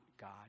God